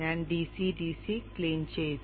ഞാൻ DC DC clean ചെയ്തു